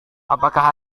apakah